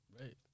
Right